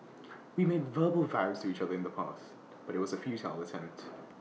we made verbal vows to each other in the past but IT was A futile attempt